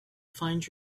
find